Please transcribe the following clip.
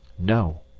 no!